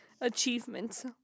achievements